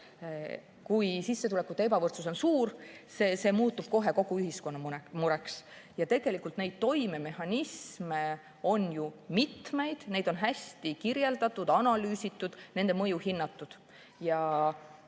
Kui sissetulekute ebavõrdsus on suur, siis see muutub kohe kogu ühiskonna mureks. Tegelikult on neid toimemehhanisme ju mitmeid, neid on hästi kirjeldatud-analüüsitud, nende mõju on hinnatud.